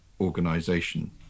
organization